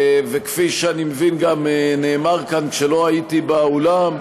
כפי שאני מבין גם נאמר כאן, כשלא הייתי באולם,